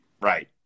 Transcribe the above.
Right